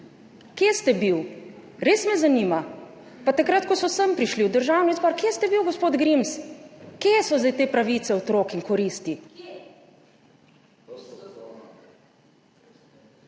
Kje ste bil? Res me zanima. Pa takrat, ko so sem prišli, v Državni zbor. Kje ste bil, gospod Grims? Kje so zdaj te pravice otrok in koristi? Kje?